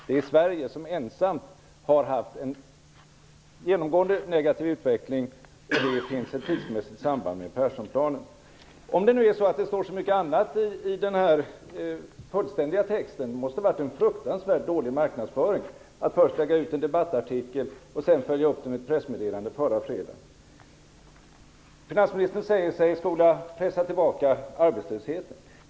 Det är Sverige som ensamt har haft en genomgående negativ utveckling. I den finns ett tidsmässigt samband med Perssonplanen. Om det nu står så mycket annat i den fullständiga texten måste det ha varit en fruktansvärt dålig marknadsföring att först lägga ut en debattartikel och sedan följa upp den med ett pressmeddelande förra fredagen. Finansministern säger sig skola pressa tillbaka arbetslösheten.